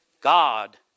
God